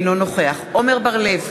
אינו נוכח עמר בר-לב,